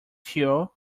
fuel